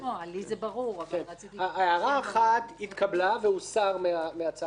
הערה אחת התקבלה והוסרה מהצעת החוק.